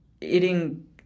eating